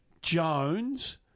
Jones